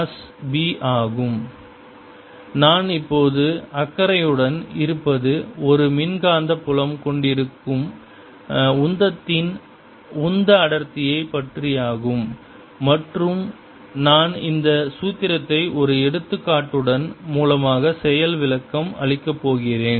S1c10EB நான் இப்போது அக்கறையுடன் இருப்பது ஒரு மின்காந்த புலம் கொண்டிருக்கும் உந்தத்தின் உந்த அடர்த்தியை பற்றியாகும் மற்றும் நான் இந்த சூத்திரத்தை ஒரு எடுத்துக்காட்டின் மூலமாக செயல் விளக்கம் அளிக்கப்போகிறேன்